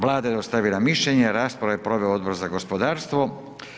Vlada je dostavila mišljenje, raspravu je proveo Odbor za gospodarstvo.